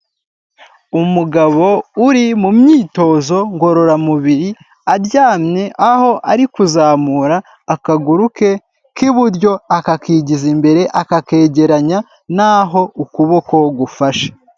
Umugabo uri mu myitozo ngororamubiri aryamye aho ari kuzamura akaguru ke k'iburyo akakigiza imbere akakegeranya n'aho ukuboko gufashe.